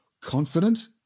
confident